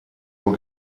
nur